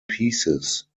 pieces